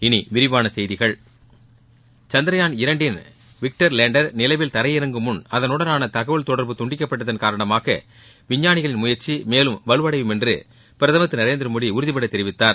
இனி விரிவான செய்திகள் சந்திரயான் இரண்டின் விக்ரம் லேண்டர் நிலவில் தரையிறங்கும் முன் அதனுடனான தகவல் தொடர்பு துண்டிக்கப்பட்டதன் காரணமாக விஞ்ஞாளிகளின் முயற்சி மேலும் வலுவடையும் என்று பிரதம் திரு நநேந்திர மோடி உறுதிபடத் தெரிவித்தார்